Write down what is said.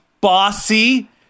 bossy